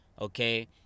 okay